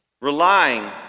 relying